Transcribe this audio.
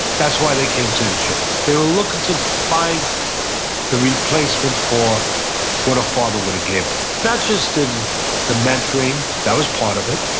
that's why they came to the gym. they were looking to find the replacement for what a father would have gave them. not just in the mentoring. that was part of it.